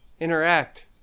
interact